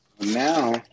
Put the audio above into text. now